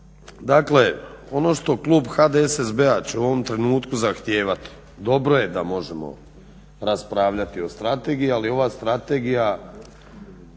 Dakle, ono što klub HDSSB-a će u ovom trenutku zahtijevati dobro je da možemo raspravljati o strategiji, ali ova strategija